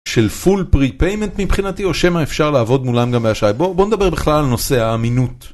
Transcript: של פול פרי פיימנט מבחינתי או שמה אפשר לעבוד מולם גם באשראי בוא נדבר בכלל על נושא האמינות.